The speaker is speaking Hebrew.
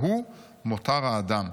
והוא מותר האדם.